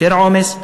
יותר עומס,